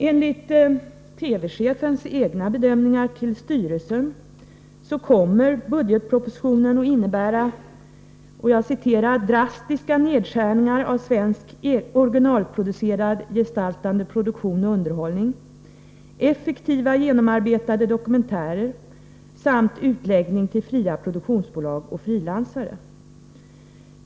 Enligt TV-chefens egna bedömningar till styrelsen kommer budgetpropositionen att innebära ”drastiska nedskärningar av svensk originalproducerad gestaltande produktion och underhållning, effektiva genomarbetade dokumentärer samt utläggning till fria produktionsbolag och frilansare”.